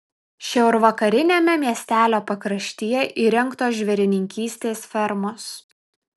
šiaurvakariniame miestelio pakraštyje įrengtos žvėrininkystės fermos